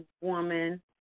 woman